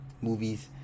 movies